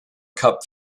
cup